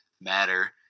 matter